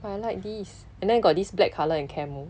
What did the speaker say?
but I like this and then got this black colour and camo